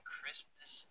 Christmas